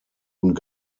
und